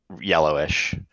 yellowish